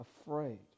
afraid